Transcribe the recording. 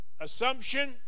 assumption